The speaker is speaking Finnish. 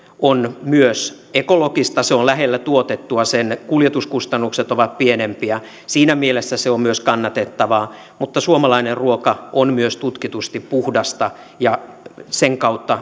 on myös ekologista se on lähellä tuotettua sen kuljetuskustannukset ovat pienempiä siinä mielessä se on myös kannatettavaa suomalainen ruoka on myös tutkitusti puhdasta ja sen kautta